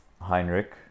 Heinrich